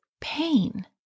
pain